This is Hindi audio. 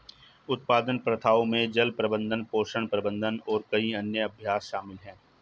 उत्पादन प्रथाओं में जल प्रबंधन, पोषण प्रबंधन और कई अन्य अभ्यास शामिल हैं